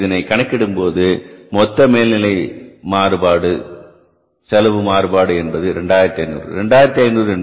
எனவே இதனை கணக்கிடும்போது மொத்த நிலையான மேல்நிலை மொத்த மேல்நிலை செலவு மாறுபாடு என்பது 2500